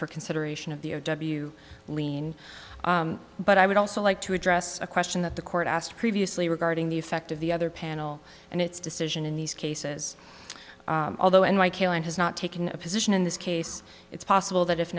for consideration of the o w lien but i would also like to address a question that the court asked previously regarding the effect of the other panel and its decision in these cases although in my kill and has not taken a position in this case it's possible that if